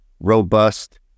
robust